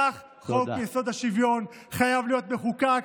כך חוק-יסוד: השוויון חייב להיות מחוקק,